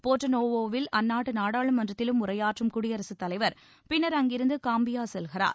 போர்ட்டோனோவோவில் அந்நாட்டு நாடாளுமன்றத்திலும் உரையாற்றும் குடியரசுத் தலைவர் பின்னர் அங்கிருந்து காம்பியா செல்கிறார்